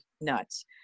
nuts